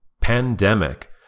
Pandemic